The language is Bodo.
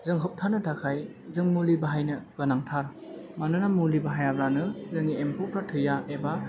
जों होबथानो थाखाय जों मुलि बाहायनो गोनांथार मानोना मुलि बाहायाब्लानो जोंनि एम्फौफ्रा थैया एबा